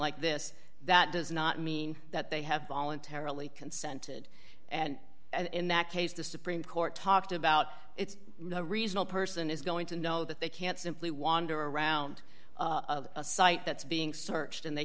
like this that does not mean that they have voluntarily consented and in that case the supreme court talked about it's a reasonable person is going to know that they can't simply wander around a site that's being searched and they